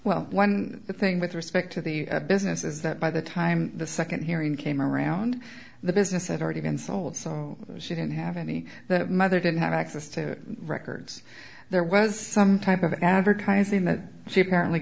one thing with respect to the business is that by the time the second hearing came around the business had already been sold so she didn't have any that mother didn't have access to records there was some type of advertising that she apparently